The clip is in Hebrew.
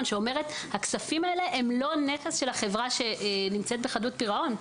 שאומרת שהכספים האלה הם לא נכס של החברה שנמצאת בחדלות פירעון.